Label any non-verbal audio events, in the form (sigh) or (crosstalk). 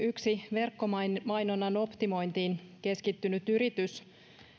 (unintelligible) yksi verkkomainonnan optimointiin keskittynyt yritys